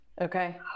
okay